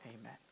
Amen